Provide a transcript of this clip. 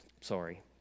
sorry